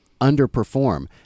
underperform